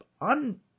un